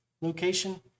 location